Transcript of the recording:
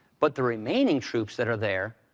but the remaining troops that are there,